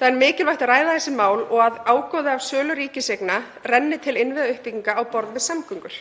Það er mikilvægt að ræða þessi mál og að ágóði af sölu ríkiseigna renni til innviðauppbyggingar á borð við samgöngur.